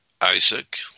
Isaac